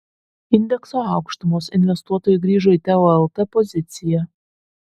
indekso aukštumos investuotojai grįžo į teo lt poziciją